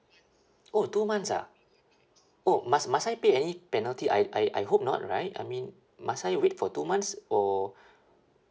oh two months ah oh must must I pay any penalty I I I hope not right I mean must I wait for two months or